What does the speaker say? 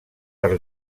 per